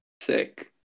Sick